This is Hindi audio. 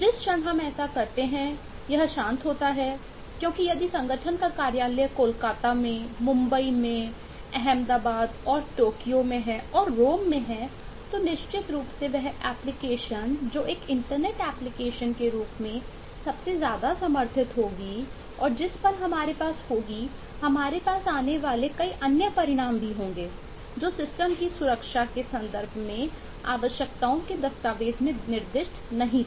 जिस क्षण हम ऐसा करते हैं यह शांत होता है क्योंकि यदि संगठन का कार्यालय कोलकाता में मुंबई में अहमदाबाद और टोक्यो की सुरक्षा के संदर्भ में आवश्यकताओं के दस्तावेज में निर्दिष्ट नहीं थे